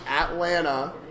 Atlanta